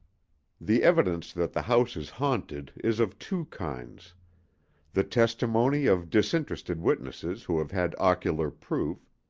the evidence that the house is haunted is of two kinds the testimony of disinterested witnesses who have had ocular proof,